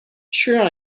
sure